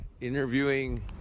Interviewing